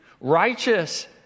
Righteous